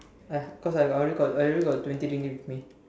I cause I I already I already got twenty Ringgit with me